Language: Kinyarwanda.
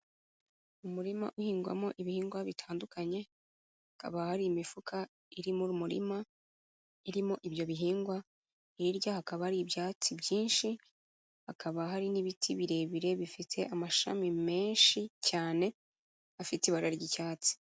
Umurima uhingwamo ibihingwa bitandukanye, hakaba hari imifuka iri mu murima irimo ibyo bihingwa, hirya hakaba hari ibyatsi byinshi, hakaba hari n'ibiti birebire bifite amashami menshi cyane afite ibara ry'icyatsi.